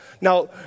Now